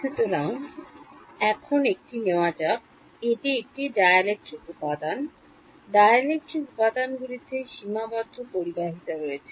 সুতরাং এখন একটি নেওয়া যাক এটি একটি ডাইলেট্রিক উপাদান ডাইলেট্রিক উপাদান গুলিতে সীমাবদ্ধ পরিবাহিতা রয়েছে